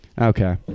Okay